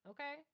Okay